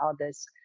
others